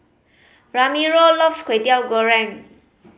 Ramiro loves Kwetiau Goreng